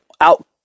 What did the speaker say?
out